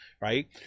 Right